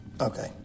Okay